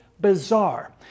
Bizarre